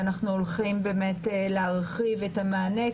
ואנחנו הולכים באמת להרחיב את המענה.